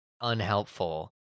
unhelpful